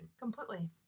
Completely